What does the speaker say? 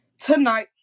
tonight